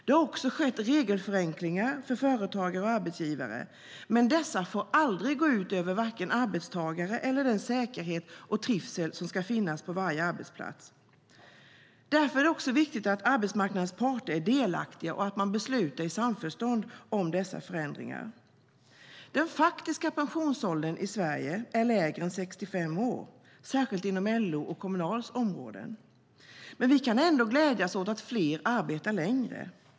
Det har också skett regelförenklingar för företagare och arbetsgivare, men dessa får aldrig gå ut över arbetstagare eller över den säkerhet och trivsel som ska finnas på varje arbetsplats. Därför är det också viktigt att arbetsmarknadens parter är delaktiga och att man beslutar i samförstånd om dessa förändringar. Den faktiska pensionsåldern är lägre än 65 år i Sverige, särskilt inom LO:s och Kommunals områden. Men vi kan ändå glädjas åt att fler arbetar längre.